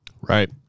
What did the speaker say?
right